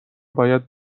باید